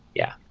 yeah.